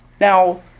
Now